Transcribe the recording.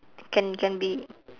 can can be